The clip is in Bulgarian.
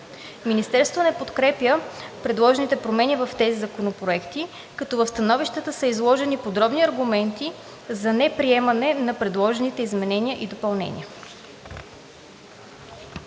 Министерството не подкрепя предложените промени в тези законопроекти, като в становищата са изложени подробни аргументи за неприемане на предложените изменения и допълнения.